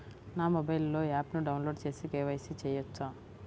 నా మొబైల్లో ఆప్ను డౌన్లోడ్ చేసి కే.వై.సి చేయచ్చా?